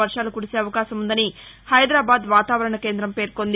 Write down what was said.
వర్వాలు కురిసే అవకాశం ఉందని హైదరాబాద్ వాతావరణ కేంద్రం తెలిపింది